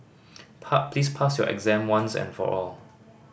please pass your exam once and for all